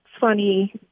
funny